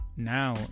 now